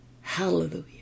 Hallelujah